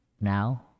now